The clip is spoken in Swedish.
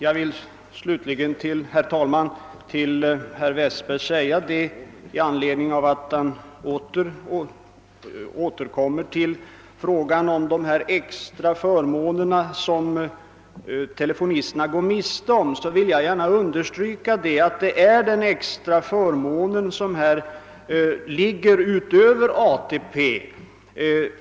Herr talman! Med anledning av att herr Westberg i Ljusdal återkom till frågan om de förmåner som telefonisterna går miste om vill jag understryka att det gäller extra förmåner som de statsanställda har, alltså sådant som ligger utanför ATP.